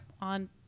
on